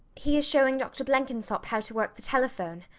he is shewing dr blenkinsop how to work the telephone.